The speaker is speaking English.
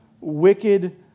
wicked